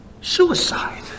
suicide